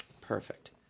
Perfect